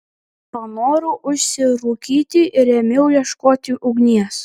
panorau užsirūkyti ir ėmiau ieškoti ugnies